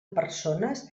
persones